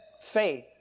faith